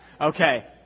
Okay